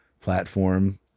platform